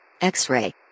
X-ray